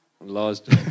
Last